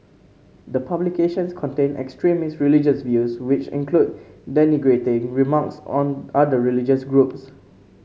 the publications contain extremist religious views which include denigrating remarks on other religious groups